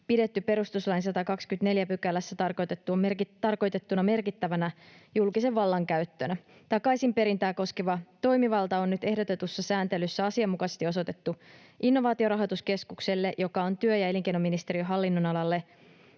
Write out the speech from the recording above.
pidetty perustuslain 124 §:ssä tarkoitettuna merkittävänä julkisen vallan käyttönä. Takaisinperintää koskeva toimivalta on nyt ehdotetussa sääntelyssä asianmukaisesti osoitettu Innovaatiorahoituskeskukselle, joka on työ- ja elinkeinoministeriön hallinnonalalle